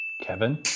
Kevin